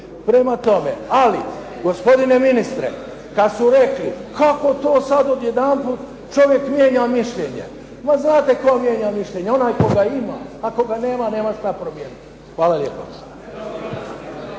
Prema tome, ali gospodine ministre, kad su rekli kako to sad odjedanput čovjek mijenja mišljenje, ma znate tko mijenja mišljenje, onaj tko ga ima, a tko ga nema, nema šta promijeniti. Hvala lijepa.